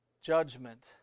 judgment